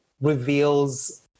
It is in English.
reveals